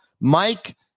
Mike